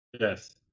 Yes